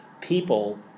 people